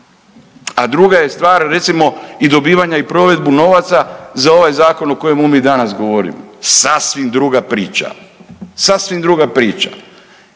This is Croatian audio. A druga je stvar recimo i dobivanje i provedbu novaca za ovaj zakon o kojemu mi danas govorimo. Sasvim druga priča, sasvim druga priča,